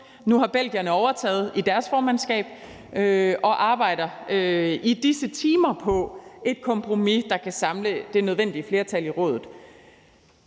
Nu har belgierne overtaget i forbindelse med deres formandskab og arbejder i disse timer på et kompromis, der kan samle det nødvendige flertal i Rådet.